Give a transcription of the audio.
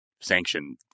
sanction